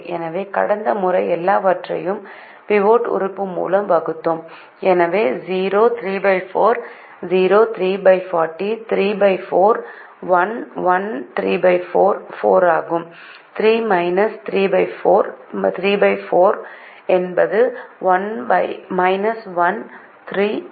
எனவே கடந்த முறை எல்லாவற்றையும் பிவோட் உறுப்பு மூலம் வகுத்தோம் எனவே 0 34 0 340 34 1 1 34 4 ஆகும் 3 34 34 என்பது 1 3 34 4